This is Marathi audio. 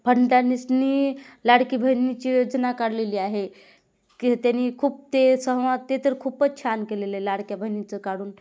फंडांनीसनी लाडकी बहिणीची योजना काढलेली आहे की त्यांनी खूप ते सहवाद ते तर खूपच छान केलेलं आहे लाडक्या बहिणीचं काढून